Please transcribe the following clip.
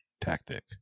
tactic